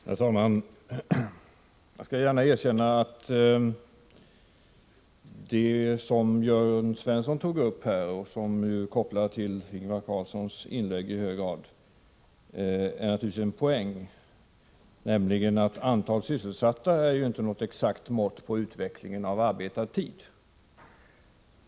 Herr talman! Jag skall gärna erkänna att det som Jörn Svensson tog upp och som i hög grad är kopplat till Ingvar Carlssons inlägg naturligtvis är en poäng — antalet sysselsatta är ju inte något exakt mått på utvecklingen beträffande arbetad tid.